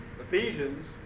Ephesians